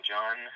John